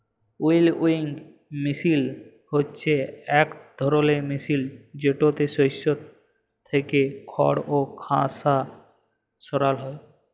উইলউইং মিশিল হছে ইকট ধরলের মিশিল যেটতে শস্য থ্যাইকে খড় বা খসা সরাল হ্যয়